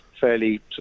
fairly